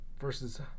versus